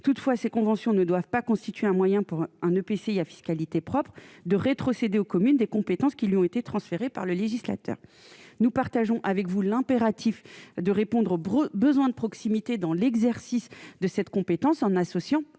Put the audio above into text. toutefois ces conventions ne doivent pas constituer un moyen pour un EPCI à fiscalité propre de rétrocéder aux communes des compétences qui lui ont été transférés par le législateur, nous partageons avec vous l'impératif de répondre au besoin de proximité dans l'exercice de cette compétence en associant,